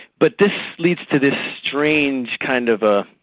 but this leads to this strange kind of a,